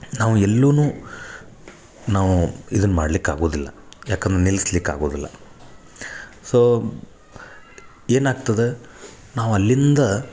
ನಾವು ಎಲ್ಲುನು ನಾವು ಇದನ್ನ ಮಾಡಲಿಕ್ಕೆ ಆಗುದಿಲ್ಲ ಯಾಕೆ ಅಂದ್ರೆ ನಿಲ್ಸ್ಲಿಕ್ಕೆ ಆಗುದಿಲ್ಲ ಸೋ ಏನಾಗ್ತದೆ ನಾವು ಅಲ್ಲಿಂದ